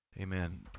Amen